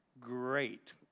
great